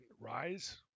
rise